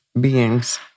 beings